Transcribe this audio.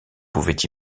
pouvait